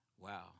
Wow